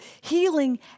healing